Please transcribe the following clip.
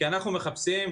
כי אנחנו מחפשים,